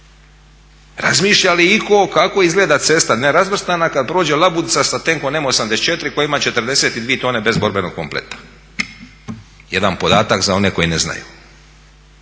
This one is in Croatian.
Razmišlja li itko kako izgleda cesta nerazvrstana kada prođe labud sa tenkom M-84 koji ima 42 tone bez borbenog kompleta. Jedan podatak za one koji ne znaju.